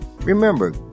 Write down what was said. Remember